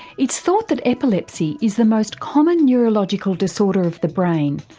it's thought that epilepsy is the most common neurological disorder of the brain,